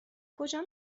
کجا